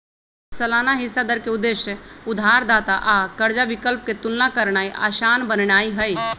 सालाना हिस्सा दर के उद्देश्य उधारदाता आ कर्जा विकल्प के तुलना करनाइ असान बनेनाइ हइ